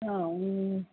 હ હું